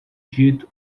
dito